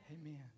Amen